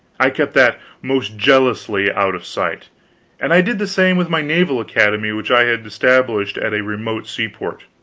i kept that most jealously out of sight and i did the same with my naval academy which i had established at a remote seaport.